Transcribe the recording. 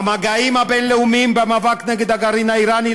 המגעים הבין-לאומיים במאבק נגד הגרעין האיראני,